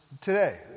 today